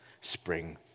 spring